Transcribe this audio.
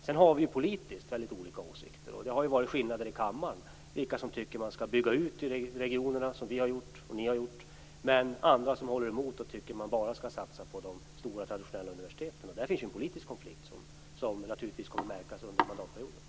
Sedan har vi politiskt väldigt olika åsikter, och det har ju varit skillnader i kammaren mellan dem som tycker att man skall bygga ut i regionerna som vi har gjort och ni har gjort och dem som håller emot och tycker att man bara skall satsa på de stora traditionella universiteten. I fråga om detta finns det en politisk konflikt som naturligtvis kommer att märkas under mandatperioden.